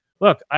look